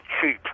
cheap